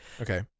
okay